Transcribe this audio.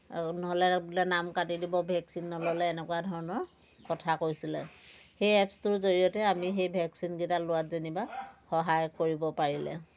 নহ'লে বোলে নাম কাটি দিব ভেকচিন নল'লে এনেকুৱা ধৰণৰ কথা কৈছিলে সেই এপছটোৰ জৰিয়তে আমি সেই ভেকচিনকেইটা লোৱাত যেনিবা সহায় কৰিব পাৰিলে